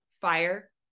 fire